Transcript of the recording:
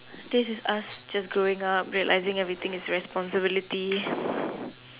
this is us just growing up realizing everything is responsibility